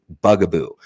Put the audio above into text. bugaboo